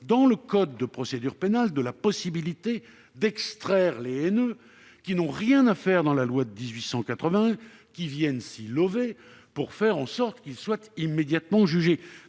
dans le code de procédure pénale la possibilité d'extraire les haineux, qui n'ont rien à faire dans la loi de 1881 et qui viennent s'y lover, pour faire en sorte que ceux-ci soient immédiatement jugés.